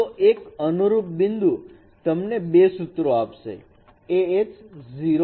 તો એક અનુરૂપ બિંદુ તમને બે સુત્રો આપશે A h 0 i